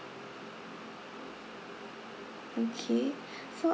okay so